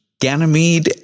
Ganymede